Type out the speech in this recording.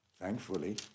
Thankfully